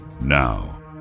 Now